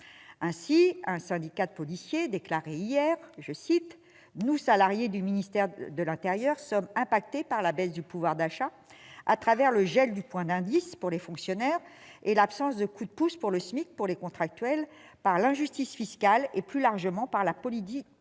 Aussi, un syndicat de policiers déclarait hier :« Nous, salariés du ministère de l'intérieur, sommes impactés par la baisse du pouvoir d'achat, à travers le gel du point d'indice, pour les fonctionnaires, et l'absence de coup de pouce pour le SMIC, pour les contractuels, par l'injustice fiscale, et plus largement par la politique